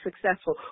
successful